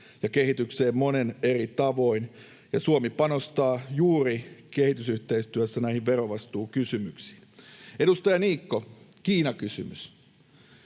ja kehitykseen monin eri tavoin, ja Suomi panostaa kehitysyhteistyössä juuri näihin verovastuukysymyksiin. Edustaja Niikko, Kiina-kysymys: